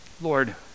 Lord